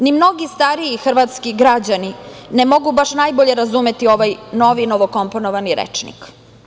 Ni mnogi stariji hrvatski građani ne mogu baš najbolje razumeti ovaj novi novokomponovani rečnik.